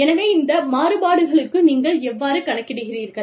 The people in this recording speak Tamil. எனவே இந்த மாறுபாடுகளுக்கு நீங்கள் எவ்வாறு கணக்கிடுகிறீர்கள்